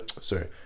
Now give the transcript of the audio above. sorry